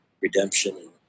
redemption